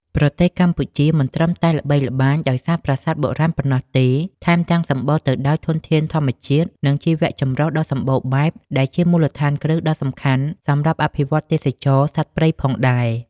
ប្រទេសកម្ពុជាមិនត្រឹមតែល្បីល្បាញដោយសារប្រាសាទបុរាណប៉ុណ្ណោះទេ ថែមទាំងសម្បូរទៅដោយធនធានធម្មជាតិ និងជីវៈចម្រុះដ៏សម្បូរបែប ដែលជាមូលដ្ឋានគ្រឹះដ៏សំខាន់សម្រាប់អភិវឌ្ឍទេសចរណ៍សត្វព្រៃផងដែរ។